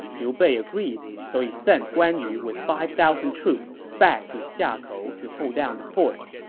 liu bei agreed. so he sent guan yu with five thousand troops back to xiakou to hold down the fort,